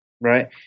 Right